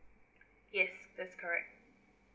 yes that's correct